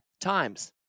times